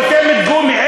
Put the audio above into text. חותמת גומי.